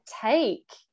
take